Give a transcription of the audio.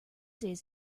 days